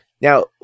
now